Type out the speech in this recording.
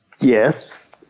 Yes